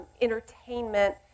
entertainment